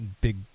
big